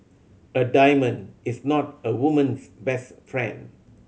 a diamond is not a woman's best friend